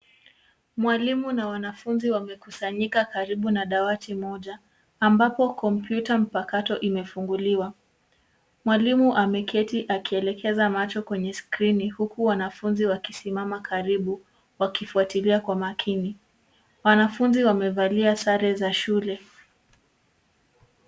Mwalimu na wanafunzi wamekusanyika karibu na dawati moja ambapo kompyuta mpakato imefunguliwa. Mwalimu ameketi akielekeza macho kwenye skrini huku wanafunzi wakisimama karibu wakifuatilia kwa makini. Wanafunzi wamevalia sare za shule.